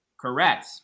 Correct